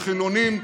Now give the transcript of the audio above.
לחילונים,